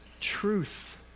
truth